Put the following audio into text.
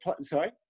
sorry